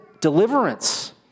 deliverance